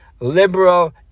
Liberal